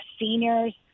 seniors